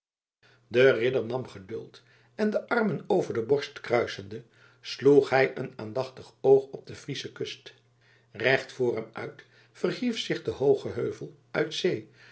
de ridder nam geduld en de armen over de borst kruisende sloeg hij een aandachtig oog op de friesche kust recht voor hem uit verhief zich de hooge heuvel uit zee